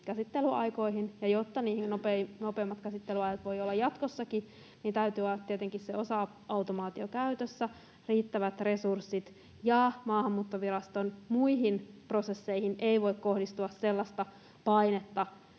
käsittelyaikoihin. Ja jotta niihin nopeammat käsittelyajat voi olla jatkossakin, niin täytyy olla tietenkin se osa-automaatio käytössä, riittävät resurssit ja Maahanmuuttoviraston muihin prosesseihin ei voi kohdistua sellaista painetta,